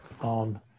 on